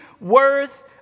worth